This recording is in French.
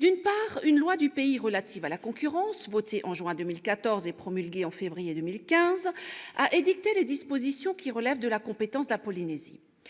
D'une part, une loi du pays relative à la concurrence, votée en juin 2014 et promulguée en février 2015, a édicté les dispositions relevant de la compétence de la Polynésie.